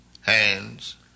hands